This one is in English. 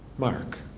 mark.